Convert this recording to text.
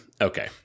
Okay